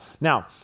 now